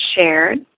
shared